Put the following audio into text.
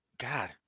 God